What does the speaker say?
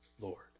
Lord